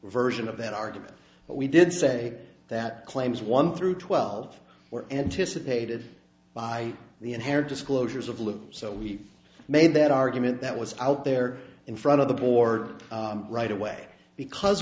version of that argument but we did say that claims one through twelve were anticipated by the inherent disclosures of live so we made that argument that was out there in front of the board right away because